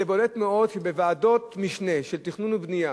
זה בולט מאוד שבוועדות משנה של תכנון ובנייה,